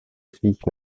svých